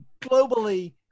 Globally